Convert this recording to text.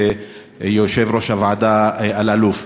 ויושב-ראש הוועדה אלאלוף.